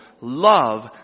love